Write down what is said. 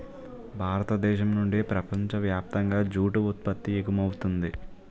భారతదేశం నుండి ప్రపంచ వ్యాప్తంగా జూటు ఉత్పత్తి ఎగుమవుతుంది